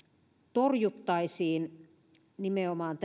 torjuttaisiin nimenomaan